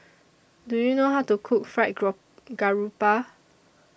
Do YOU know How to Cook Fried Garoupa